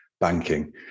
banking